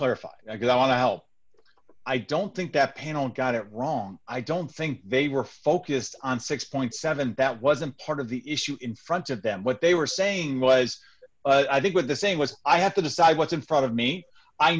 clarify because i want to help i don't think that panel got it wrong i don't think they were focused on six point seven that wasn't part of the issue in front of them what they were saying was i think what the saying was i have to decide what's in front of me i